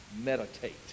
meditate